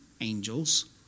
angels